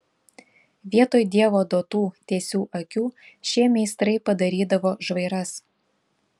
vietoj dievo duotų tiesių akių šie meistrai padarydavo žvairas